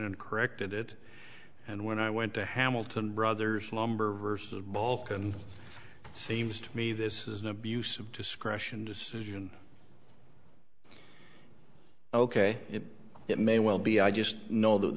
and corrected it and when i went to hamilton brothers lumber or balkan seems to me this is an abuse of discretion decision ok it may well be i just know that